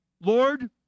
Lord